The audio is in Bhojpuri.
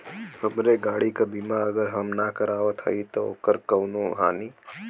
हमरे गाड़ी क बीमा अगर हम ना करावत हई त ओकर से कवनों हानि?